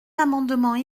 amendements